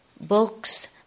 books